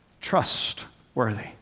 trustworthy